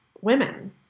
women